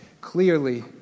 clearly